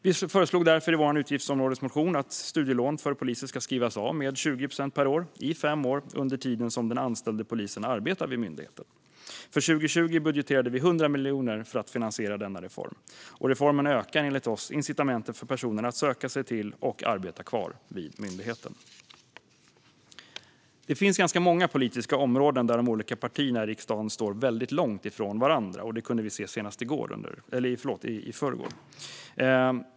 Vi föreslår därför i vår utgiftsområdesmotion att studielån för poliser ska skrivas av med 20 procent per år i fem år under tiden som den anställde polisen arbetar vid myndigheten. För 2020 budgeterar vi 100 miljoner för att finansiera denna reform. Reformen ökar, enligt oss, incitamenten för personer att söka sig till och arbeta kvar vid myndigheten. Det finns många politiska områden där de olika partierna i riksdagen står långt från varandra. Det kunde vi se senast i förrgår.